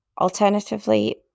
Alternatively